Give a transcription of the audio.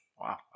Wow